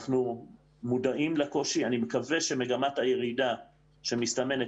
אנחנו מודעים לקושי ואני מקווה שמגמת הירידה שמסתמנת